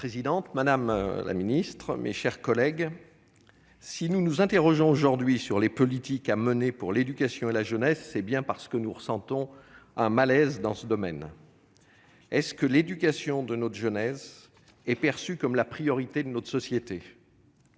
Madame la présidente, madame la secrétaire d'État, mes chers collègues, si nous nous interrogeons aujourd'hui sur les politiques à mener pour l'éducation et la jeunesse, c'est bien parce que nous ressentons un malaise dans ce domaine. Est-ce que l'éducation de la jeunesse est perçue comme la priorité dans notre société ?